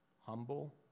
humble